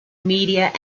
media